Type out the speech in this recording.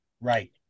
right